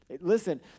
Listen